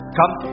come